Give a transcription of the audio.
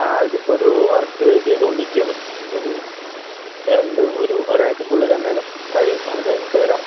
ആ ഇതിപ്പോഴൊരു വർക്ക് ചെയ്തുകൊണ്ടിരിക്കുകയാണ് അപ്പോൾ ഒരു രണ്ട് ഒരു ഒരാഴ്ചയ്ക്കുള്ളിൽ എന്തായാലും കഴിയും അത് കഴിഞ്ഞിട്ട് വരാം